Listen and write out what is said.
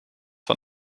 van